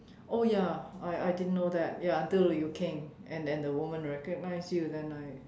oh ya I I didn't know that ya until you came and the the woman recognized you then I